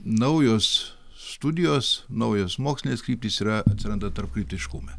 naujos studijos naujos mokslinės kryptys yra atsiranda tarplytiškume